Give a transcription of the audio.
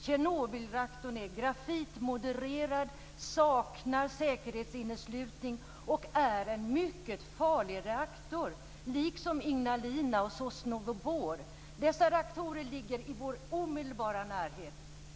Tjernobylreaktorn är grafikmodererad, saknar säkerhetsinneslutning och är en mycket farlig reaktor, liksom reaktorerna i Ignalina och Sosnovyj Bor. Dessa reaktorer ligger i vår omedelbara närhet.